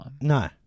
No